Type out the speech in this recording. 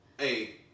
Hey